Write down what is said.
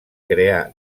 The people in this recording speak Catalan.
crear